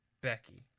Becky